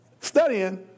studying